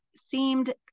seemed